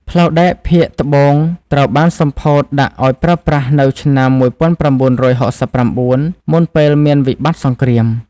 ផ្លូវដែកភាគត្បូងត្រូវបានសម្ពោធដាក់ឱ្យប្រើប្រាស់នៅឆ្នាំ ១៩៦៩ មុនពេលមានវិបត្តិសង្គ្រាម។